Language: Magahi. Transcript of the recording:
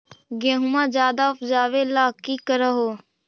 गेहुमा ज्यादा उपजाबे ला की कर हो?